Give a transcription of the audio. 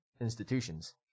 institutions